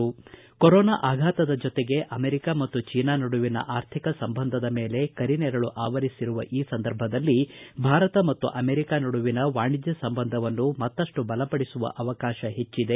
corona ಆಘಾತದ ಜತೆಗೆ America ಮತ್ತು ಚೀನಾ ನಡುವಿನ ಆರ್ಥಿಕ ಸಂಬಂಧದ ಮೇಲೆ ಕರಿ ನೆರಳು ಆವರಿಸಿರುವ ಈ ಸಂದರ್ಭದಲ್ಲಿ ಭಾರತ ಮತ್ತು ಅಮೆರಿಕ ನಡುವಿನ ವಾಣಿಜ್ಯ ಸಂಬಂಧವನ್ನು ಮತ್ತಪ್ಪು ಬಲಪಡಿಸುವ ಅವಕಾಶ ಹೆಚ್ಚಿದೆ